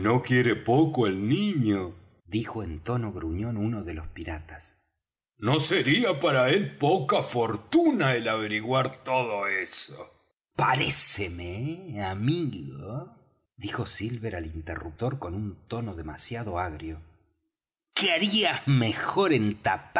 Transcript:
no quiere poco el niño dijo en tono gruñón uno de los piratas no sería para él poca fortuna el averiguar todo eso paréceme amigo dijo silver al interruptor con un tono demasiado agrio que harías mejor en